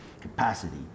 capacity